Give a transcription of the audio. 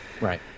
Right